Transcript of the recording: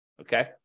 okay